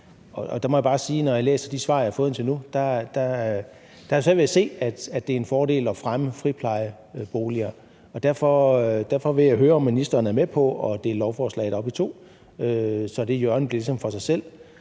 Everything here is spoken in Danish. når jeg læser de svar, jeg har fået indtil nu, at jeg har svært ved at se, at det er en fordel at fremme friplejeboliger. Derfor vil jeg høre, om ministeren er med på at dele lovforslaget op i to, så det hjørne bliver ligesom for sig selv,